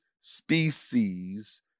species